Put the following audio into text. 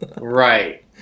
right